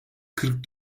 kırk